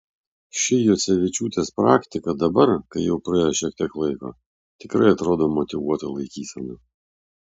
ši juocevičiūtės praktika dabar kai jau praėjo šiek tiek laiko tikrai atrodo motyvuota laikysena